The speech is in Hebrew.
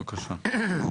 בבקשה.